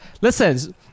listen